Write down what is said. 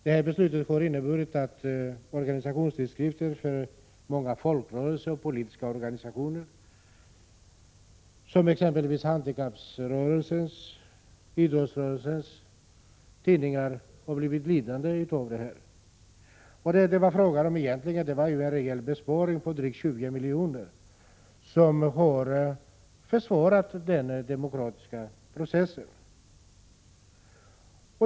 Detta beslut har inneburit att många organisationstidskrifter som representerar folkrörelser och politiska organisationer, som exempelvis handikapprörelsen och idrottrörelsens tidningar, har blivit lidande. Vad det då gällde var egentligen en reell besparing på drygt 20 milj.kr. som har försvårat den demokratiska processen.